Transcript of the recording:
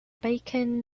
bacon